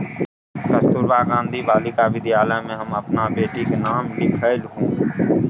कस्तूरबा गांधी बालिका विद्यालय मे हम अपन बेटीक नाम लिखेलहुँ